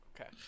Okay